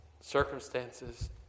circumstances